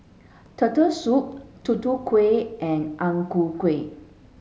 turtle soup Tutu Kueh and Ang Ku Kueh